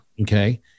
Okay